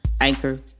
Anchor